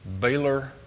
Baylor